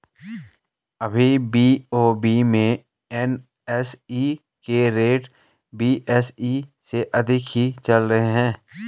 अभी बी.ओ.बी में एन.एस.ई के रेट बी.एस.ई से अधिक ही चल रहे हैं